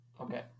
Okay